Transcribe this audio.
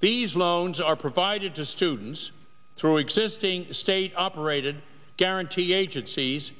these loans are provided to students through existing state operated guarantee agencies